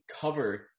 cover